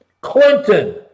Clinton